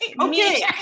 okay